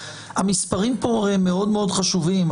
המספרים פה הרי מאוד מאוד חשובים.